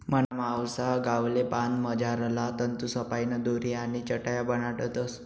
मना मावसा गावले पान मझारला तंतूसपाईन दोरी आणि चटाया बनाडतस